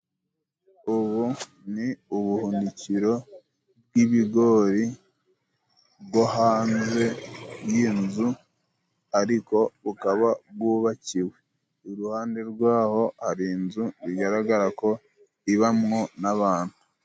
Ubu ni ubuhunikiro bw'ibigori, bwo hanze y'inzu, ariko bukaba bwubakiwe. Iruhande rw'aho hari inzu bigaragara ko ibamwo n'abantu.